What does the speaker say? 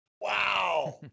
wow